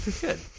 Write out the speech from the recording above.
Good